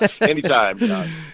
Anytime